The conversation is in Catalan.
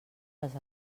les